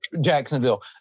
Jacksonville